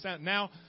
now